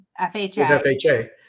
FHA